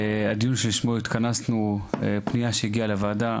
הדיון שלשמו התכנסנו פנייה שהגיעה לוועדה